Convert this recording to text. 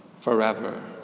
forever